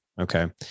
Okay